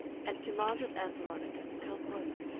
and commanded ann veronica to come home,